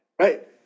Right